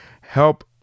help